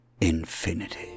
infinity